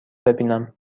ببینم